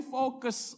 focus